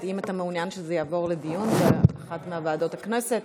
האם אתה מעניין שזה יעבור לדיון באחת מוועדות הכנסת?